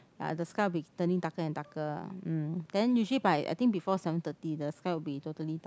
ya the sky will be turning darker darker um then usually by I think before seven thirty the sky will be totally dark